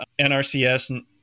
NRCS